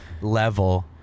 level